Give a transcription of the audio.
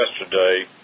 yesterday